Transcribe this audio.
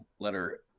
Letter